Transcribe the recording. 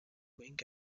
wing